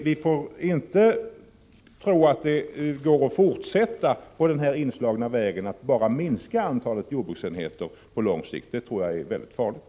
Vi får inte tro att det går att fortsätta på den inslagna vägen, att bara minska antalet jordbruksenheter på lång sikt. Det tror jag är mycket farligt.